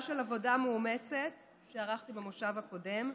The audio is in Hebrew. של עבודה מאומצת שערכתי במושב הקודם,